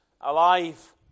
alive